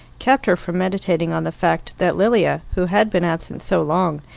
kept her from meditating on the fact that lilia, who had been absent so long,